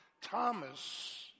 Thomas